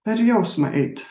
per jausmą eit